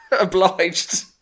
obliged